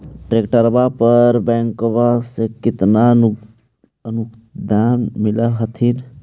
ट्रैक्टरबा पर बैंकबा से कितना अनुदन्मा मिल होत्थिन?